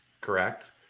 Correct